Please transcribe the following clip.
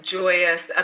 joyous